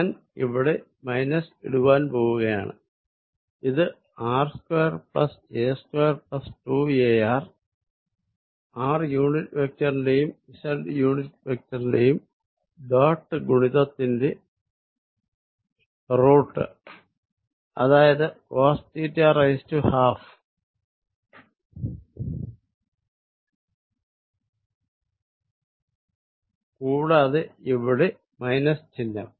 ഞാൻ ഇവിടെ മൈനസ് ഇടുവാൻ പോകയാണ് ഇത് r2 a2 2ar r unit വെക്ടറിന്റെയും z യൂണിറ്റ് വെക്ടറിന്റെയും ഡോട്ട് ഗുണിതത്തിന്റെ റൂട്ട് അതായത് cos12 കൂടാതെ ഇവിടെ മൈനസ് ചിഹ്നം